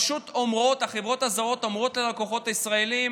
החברות הזרות פשוט אומרות ללקוחות הישראלים: